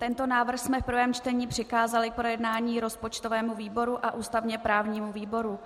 Tento návrh jsme v prvém čtení přikázali k projednání rozpočtovému výboru a ústavněprávnímu výboru.